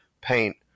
Paint